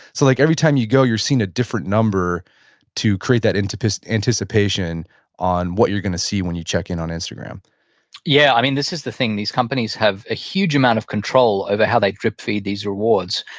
so like every time you go, you're seeing a different number to create that anticipation on anticipation on what you're going to see when you check in on instagram yeah. i mean this is the thing. these companies have a huge amount of control over how they drip feed these rewards.